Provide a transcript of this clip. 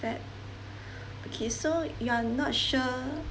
feb okay so you're not sure